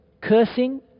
Cursing